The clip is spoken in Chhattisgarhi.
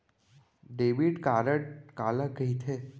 डेबिट कारड काला कहिथे?